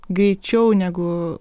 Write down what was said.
greičiau negu